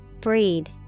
Breed